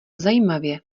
zajímavě